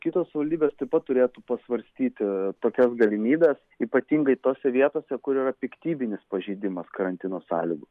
kitos savivaldybės taip pat turėtų pasvarstyti tokias galimybes ypatingai tose vietose kur yra piktybinis pažeidimas karantino sąlygų